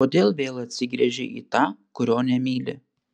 kodėl vėl atsigręžei į tą kurio nemyli